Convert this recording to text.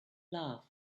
love